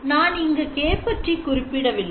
நான் இங்கு K பற்றி குறிப்பிடவில்லை